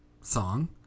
song